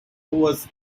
was